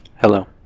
Hello